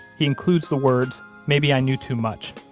he includes the words maybe i knew too much.